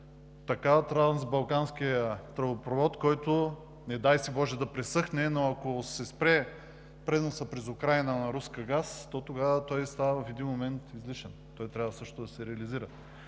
който, не дай си боже да пресъхне, но ако се спре преносът през Украйна на руска газ, то тогава той става в един момент излишен. Той трябва също да се реализира.